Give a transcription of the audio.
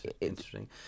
interesting